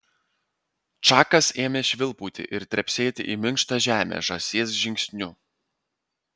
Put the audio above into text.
čakas ėmė švilpauti ir trepsėti į minkštą žemę žąsies žingsniu